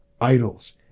idols